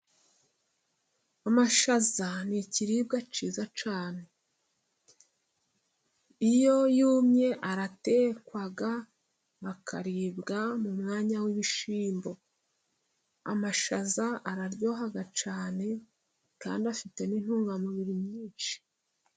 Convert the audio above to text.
Amashaza ni ikiribwa cyiza cyane, iyo yumye aratekwa akaribwa, mu mwanya w'ibishyimbo, amashaza araryoha cyane kandi afite n'intungamubiri nyinshi.